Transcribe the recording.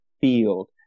field